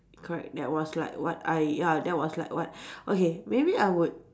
correct that was like what I ya that was like what okay maybe I would